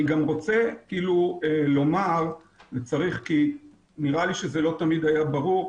אני גם רוצה לומר כי נראה לי שלא תמיד זה היה ברור,